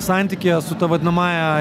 santykyje su ta vadinamąja